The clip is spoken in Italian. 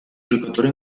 giocatori